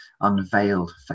unveiled